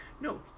no